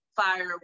fire